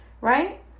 right